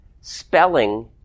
Spelling